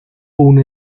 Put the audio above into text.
una